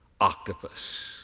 octopus